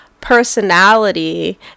personality